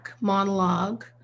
monologue